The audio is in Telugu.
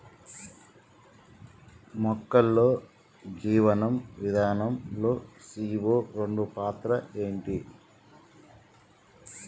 మొక్కల్లో జీవనం విధానం లో సీ.ఓ రెండు పాత్ర ఏంటి?